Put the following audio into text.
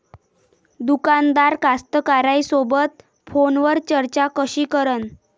दुकानदार कास्तकाराइसोबत फोनवर चर्चा कशी करन?